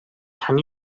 can